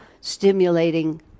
stimulating